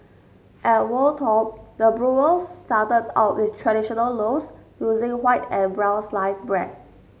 at Wold Top the brewers started out with traditional loaves using white and brown sliced bread